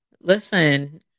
Listen